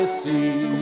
see